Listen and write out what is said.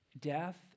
death